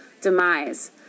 demise